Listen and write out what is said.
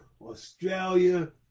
Australia